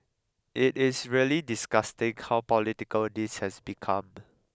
it is really disgusting how political this has become